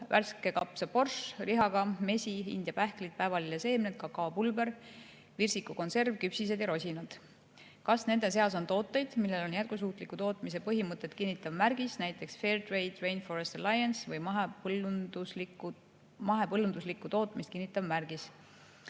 värskekapsaborš lihaga, mesi, india pähklid, päevalilleseemned, kakaopulber, virsikukonserv, küpsised ja rosinad. Kas nende seas on tooteid, millel on jätkusuutliku tootmise põhimõtet kinnitav märgis, näiteks FairTrade, Rainforest Alliance või mahepõllunduslikku tootmist kinnitav märgis,